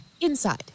inside